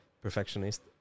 perfectionist